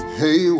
hey